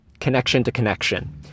connection-to-connection